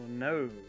No